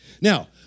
Now